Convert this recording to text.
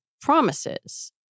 promises